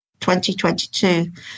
2022